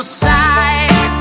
side